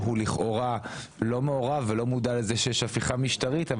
הוא לכאורה לא מעורב ולא מודע לזה שיש הפיכה משטרית,